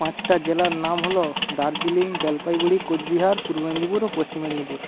পাঁচটা জেলার নাম হলো দার্জিলিং জলপাইগুড়ি কোচবিহার পূর্ব মেদিনীপুর ও পশ্চিম মেদিনীপুর